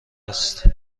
است